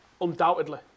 Undoubtedly